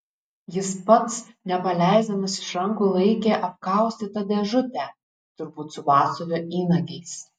jis pats nepaleisdamas iš rankų laikė apkaustytą dėžutę turbūt su batsiuvio įnagiais